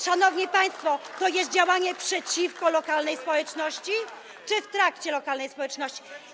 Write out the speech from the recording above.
Szanowni państwo, czy to jest działanie przeciwko lokalnej społeczności, czy w interesie lokalnej społeczności?